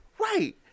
Right